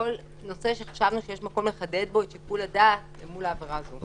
כל נושא שחשבנו שיש מקום לחדד בו את שיקול הדעת אל מול העבירה הזו.